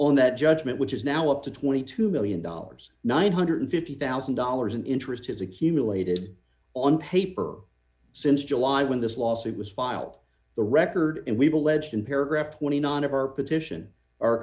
on that judgment which is now up to twenty two million dollars nine hundred and fifty thousand dollars in interest has accumulated on paper since july when this lawsuit was filed the record and we will legend paragraph twenty nine dollars of our petition o